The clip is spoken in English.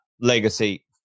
legacy